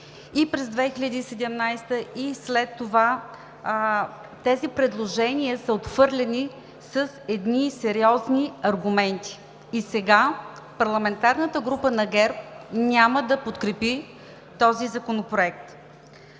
И през 2017 г., и след това тези предложения са отхвърлени с едни сериозни аргументи. И сега парламентарната група на ГЕРБ няма да подкрепи този законопроект.